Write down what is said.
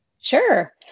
Sure